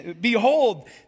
...behold